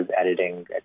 editing